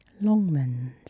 Longman's